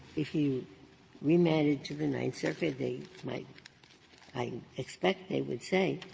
if you remand it to the ninth circuit, they might i expect they would say,